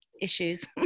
issues